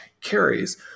carries